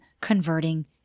converting